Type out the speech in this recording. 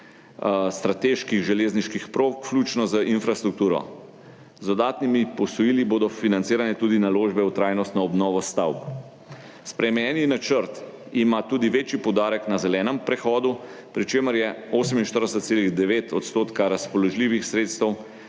strateških železniških prog, vključno z infrastrukturo. Z dodatnimi posojili bodo financirane tudi naložbe v trajnostno obnovo stavb. Spremenjeni načrt ima tudi večji poudarek na zeleni prehod, pri čemer je 48,9 % razpoložljivih sredstev